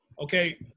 Okay